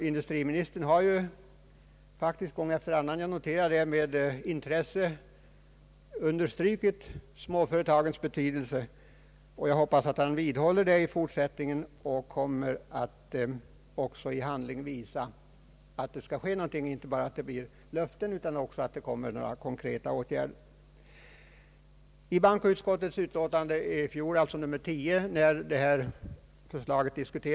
Industriministern har — vilket jag noterat med intresse — gång efter annan understrukit småföretagens betydelse, och jag hoppas att han vidhåller denna uppfattning i fortsättningen och att han också i handling kommer att visa detta; att det alltså inte bara blir löften utan också konkreta åtgärder. När förslaget om en sådan här utredning i fjol var uppe till behandling inom bankoutskottet — bankoutskottets utl.